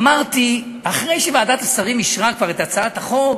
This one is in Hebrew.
אמרתי, אחרי שוועדת השרים אישרה כבר את הצעת החוק,